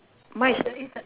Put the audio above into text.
mine is